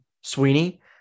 Sweeney